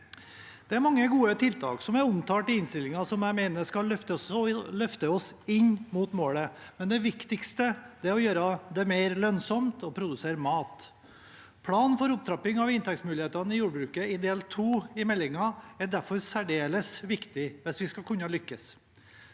Det er mange gode tiltak som er omtalt i innstillingen som jeg mener skal løfte oss inn mot målet, men det viktigste er å gjøre det mer lønnsomt å produsere mat. Planen for opptrapping av inntektsmulighetene i jordbruket i del II i meldingen er derfor særdeles viktig hvis vi skal kunne lykkes.